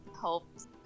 helps